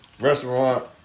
restaurant